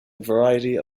variety